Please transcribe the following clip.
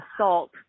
assault